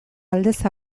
aldez